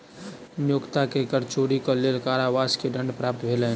नियोक्ता के कर चोरी के लेल कारावास के दंड प्राप्त भेलैन